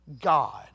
God